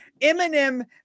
Eminem